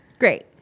Great